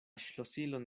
ŝlosilon